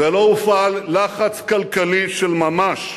ולא הופעל לחץ כלכלי של ממש,